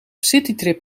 citytrip